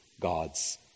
God's